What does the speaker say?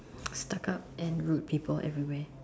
stuck up and rude people everywhere